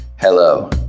Hello